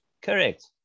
Correct